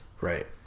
right